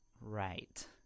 Right